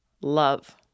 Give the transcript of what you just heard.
love